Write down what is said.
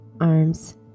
arms